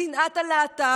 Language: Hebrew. שנאת הלהט"ב,